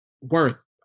worth